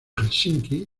helsinki